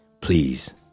Please